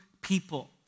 people